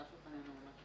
שנמצא אצלנו בבחינה.